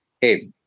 hey